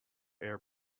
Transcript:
air